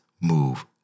move